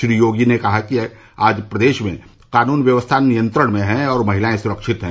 श्री योगी ने कहा कि आज प्रदेश में कानून व्यवस्था नियंत्रण में हैं और महिलाएं सुरक्षित है